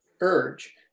urge